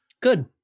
Good